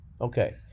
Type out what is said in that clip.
Okay